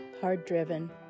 hard-driven